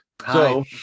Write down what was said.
Hi